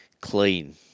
Clean